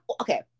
okay